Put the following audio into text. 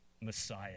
Messiah